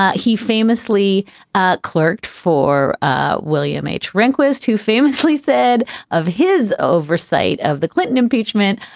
ah he famously ah clerked for ah william h. rehnquist, who famously said of his oversight of the clinton impeachment.